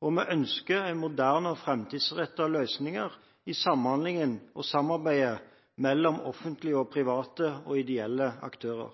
og vi ønsker moderne og framtidsrettede løsninger i samhandlingen og samarbeidet mellom offentlige og private og ideelle aktører.